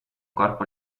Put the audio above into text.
corpo